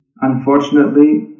Unfortunately